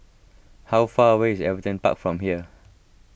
how far away is Everton Park from here